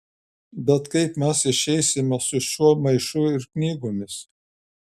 bet kaip mes išeisime su šiuo maišu ir knygomis